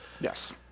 Yes